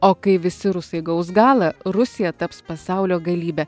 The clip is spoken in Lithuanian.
o kai visi rusai gaus galą rusija taps pasaulio galybe